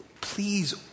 please